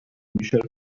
michelle